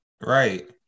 Right